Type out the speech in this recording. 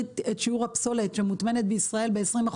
את שיעור הפסולת שמוטמנת בישראל ב-20%.